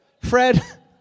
Fred